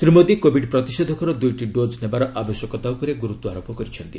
Shri Modi covid ପ୍ରତିଷେଧକର ଦୂଇଟି dose ନେବାର ଆବଶ୍ୟକତା ଉପରେ ଗୁରୁତ୍ୱ ଆରୋପ କରିଛନ୍ତି